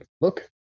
look